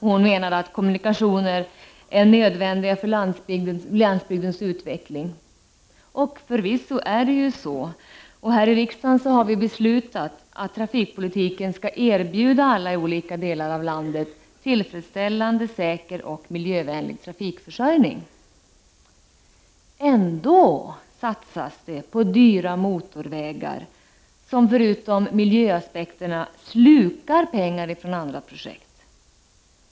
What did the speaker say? Hon menade att kommunikationer är nödvändiga för landsbygdens utveckling. Förvisso är det så! Här i riksdagen har vi beslutat att trafikpolitiken skall erbjuda människor i olika delar av landet tillfredsställande, säker och miljövänlig trafikförsörjning. Ändå satsas det på dyra motorvägar, som — bortsett från de skador de förorsakar miljön — slukar pengar från andra projekt.